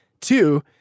Two